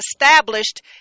established